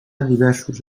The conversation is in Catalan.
diversos